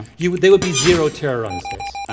he would there would be zero terror on his face.